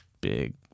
big